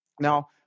Now